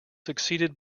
succeeded